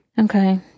Okay